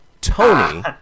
Tony